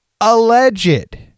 alleged